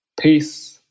Peace